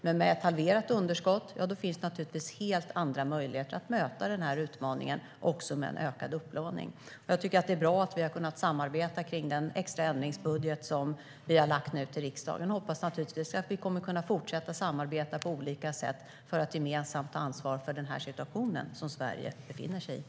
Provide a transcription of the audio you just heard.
Men med ett halverat underskott finns det naturligtvis helt andra möjligheter att möta den här utmaningen också med en ökad upplåning. Jag tycker att det är bra att vi har kunnat samarbeta kring den extra ändringsbudget som vi har lagt fram för riksdagen och hoppas naturligtvis att vi kommer att kunna fortsätta samarbeta på olika sätt för att gemensamt ta ansvar för den situation som Sverige befinner sig i.